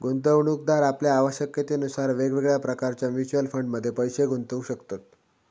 गुंतवणूकदार आपल्या आवश्यकतेनुसार वेगवेगळ्या प्रकारच्या म्युच्युअल फंडमध्ये पैशे गुंतवू शकतत